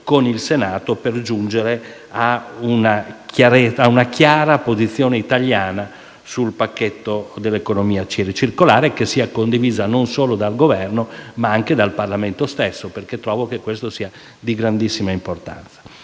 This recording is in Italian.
con il Senato per giungere ad una chiara posizione italiana sul pacchetto dell'economia circolare, che sia condivisa non solo dal Governo ma anche dal Parlamento, in quanto ritengo che ciò sia di grandissima importanza.